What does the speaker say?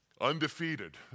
undefeated